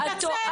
את טועה.